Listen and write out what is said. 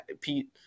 Pete